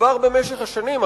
שנצבר במשך השנים.